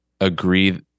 agree